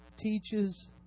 teaches